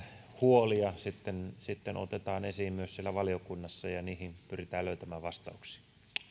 huolia sitten sitten otetaan esiin myös siellä valiokunnassa ja niihin pyritään löytämään vastauksia